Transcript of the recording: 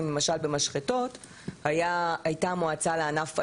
למשל במשחטות הייתה המועצה לענף הלול.